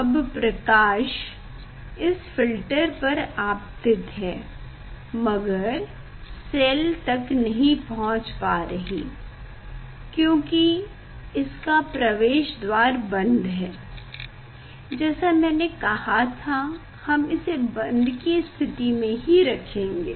अब प्रकाश इस फ़िल्टर पर आपतित है मगर सेल तक नहीं पहुँच रही क्योंकि इसका प्रवेश द्वार बंद है जैसा मैंने कहा था हम इसे बंद की स्थिति में ही रखेंगे